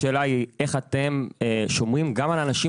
אני שואל איך אתם שומרים גם על האנשים